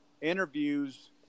interviews